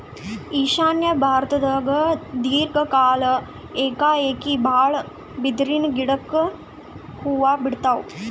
ಈಶಾನ್ಯ ಭಾರತ್ದಾಗ್ ದೀರ್ಘ ಕಾಲ್ಕ್ ಏಕಾಏಕಿ ಭಾಳ್ ಬಿದಿರಿನ್ ಗಿಡಕ್ ಹೂವಾ ಬಿಡ್ತಾವ್